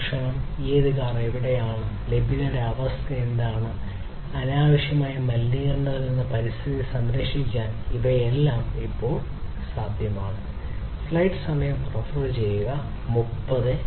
തൽക്ഷണം ഏത് കാർ എവിടെയാണ് ലഭ്യതയുടെ അവസ്ഥ എന്താണ് അനാവശ്യമായ മലിനീകരണത്തിൽ നിന്ന് പരിസ്ഥിതി സംരക്ഷിക്കൽ ഇവയെല്ലാം ഇപ്പോൾ സാധ്യമാണ്